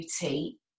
beauty